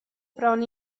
bron